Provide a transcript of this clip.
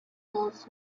goes